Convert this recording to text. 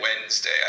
Wednesday